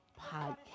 podcast